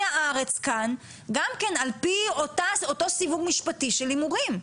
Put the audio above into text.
הארץ כאן גם כן על פי אותו סיווג משפטי של הימורים.